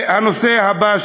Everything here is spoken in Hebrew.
והנושא הבא,